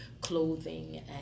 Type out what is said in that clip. clothing